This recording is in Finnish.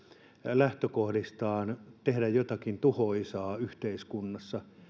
lähtökohdistaan tehdä jotakin tuhoisaa yhteiskunnassa